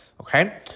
Okay